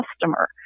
customer